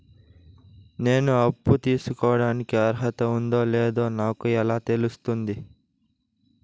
నేను అప్పు తీసుకోడానికి అర్హత ఉందో లేదో నాకు ఎలా తెలుస్తుంది?